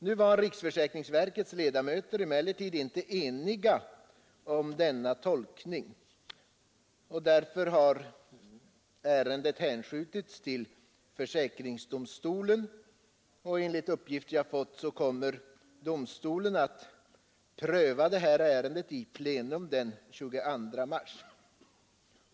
Nu var riksförsäkringsverkets ledamöter emellertid inte eniga om denna tolkning, och därför har ärendet hänskjutits till försäkringsdomstolen. Enligt uppgifter jag fått kommer domstolen att pröva detta ärende i plenum den 22 mars.